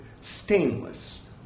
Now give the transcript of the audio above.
stainless